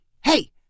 Hey